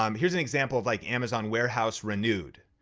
um here's an example of like amazon warehouse renewed.